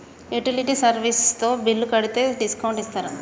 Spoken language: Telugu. యుటిలిటీ సర్వీస్ తో బిల్లు కడితే డిస్కౌంట్ ఇస్తరా?